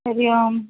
हरिः ओम्